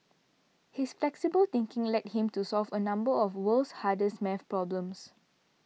his flexible thinking led him to solve a number of world's hardest math problems